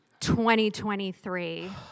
2023